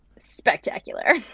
spectacular